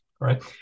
right